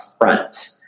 front